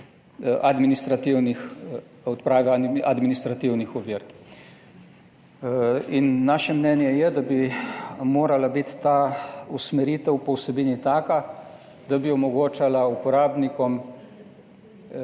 podpore kot glede odprave administrativnih ovir. Naše mnenje je, da bi morala biti ta usmeritev po vsebini taka, da bi omogočala uporabnikom,